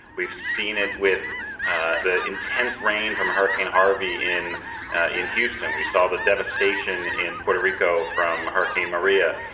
we've seen it with ah the intense rain from hurricane harvey in in houston. we saw the devastation in puerto rico from hurricane maria.